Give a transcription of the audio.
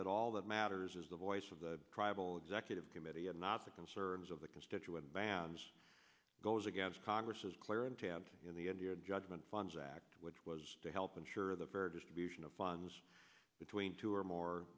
that all that matters is the voice of the tribal executive committee and not the concerns of the constituent bands goes against congress's clear intent in the indian judgement funds act which was to help ensure the very distribution of funds between two or